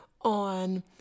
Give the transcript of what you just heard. on